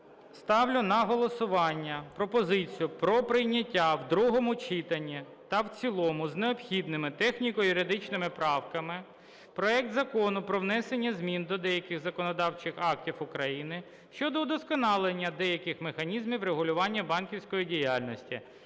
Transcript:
Ставлю на голосування пропозицію про прийняття в другому читанні та в цілому з необхідними техніко-юридичними правками проект Закону про внесення змін до деяких законодавчих актів України щодо удосконалення деяких механізмів регулювання банківської діяльності